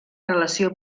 relació